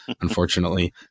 unfortunately